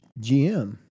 GM